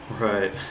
Right